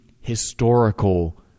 historical